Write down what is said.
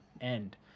end